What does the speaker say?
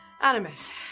animus